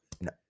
No